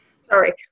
Sorry